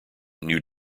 new